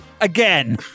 Again